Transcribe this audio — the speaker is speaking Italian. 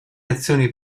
azioni